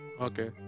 Okay